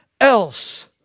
else